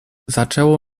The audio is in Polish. zaczęło